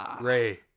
Ray